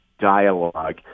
dialogue